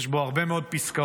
יש בו הרבה מאוד פסקאות